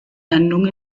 landung